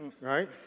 right